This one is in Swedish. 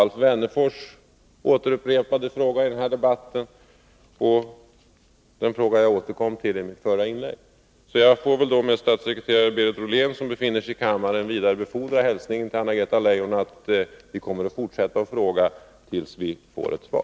Alf Wennerfors upprepade dessutom frågorna i den här debatten. Jag får då med statssekreterare Berit Rollén, som befinner sig i kammaren, vidarebefordra hälsningen till Anna-Greta Leijon att vi kommer att fortsätta att fråga tills vi får ett svar.